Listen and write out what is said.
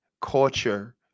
culture